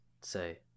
say